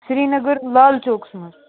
سرینَگٕر لال چوکَس منٛز